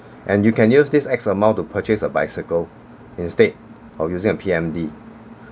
and you can use this x amount to purchase a bicycle instead of using a P_M_D